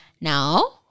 Now